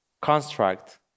Construct